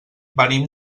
venim